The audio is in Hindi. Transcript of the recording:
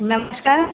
नमस्कार